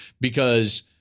because-